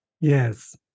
yes